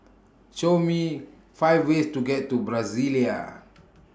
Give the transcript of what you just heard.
Show Me five ways to get to Brasilia